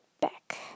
back